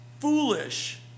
foolish